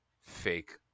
fake